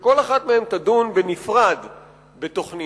שכל אחת מהן תדון בנפרד בתוכניות.